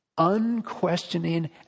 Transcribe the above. unquestioning